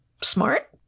smart